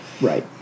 Right